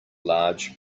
large